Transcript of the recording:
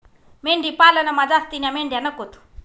मेंढी पालनमा जास्तीन्या मेंढ्या नकोत